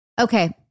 Okay